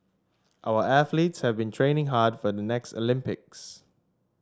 our athletes have been training hard for the next Olympics